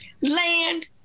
land